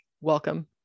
welcome